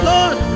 Lord